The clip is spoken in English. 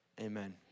Amen